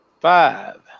five